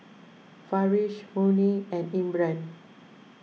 Farish Murni and Imran